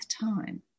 time